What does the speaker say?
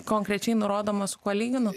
konkrečiai nurodoma su kuo lyginu